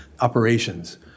operations